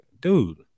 Dude